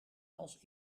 als